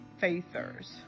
faithers